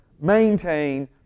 maintain